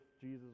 Jesus